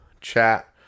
chat